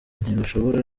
ntirushobora